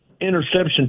interception